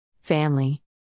family